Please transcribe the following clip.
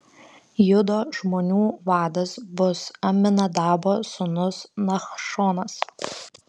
judo žmonių vadas bus aminadabo sūnus nachšonas